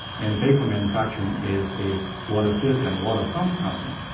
and baker manufacturing is a water filter and a water pump company.